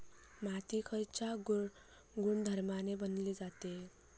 माती खयच्या गुणधर्मान बनलेली असता?